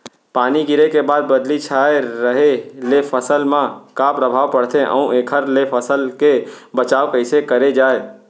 पानी गिरे के बाद बदली छाये रहे ले फसल मा का प्रभाव पड़थे अऊ एखर ले फसल के बचाव कइसे करे जाये?